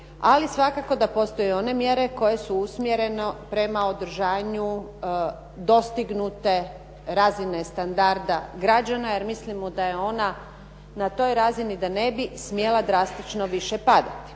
ali svakako da postoje one mjere koje su usmjerene prema održanju dostignute razine standarda građana jer mislimo da je ona na toj razini da ne bi smjela drastično više padati.